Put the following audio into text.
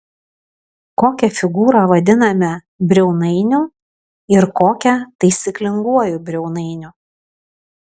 kokią figūrą vadiname briaunainiu ir kokią taisyklinguoju briaunainiu